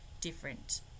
different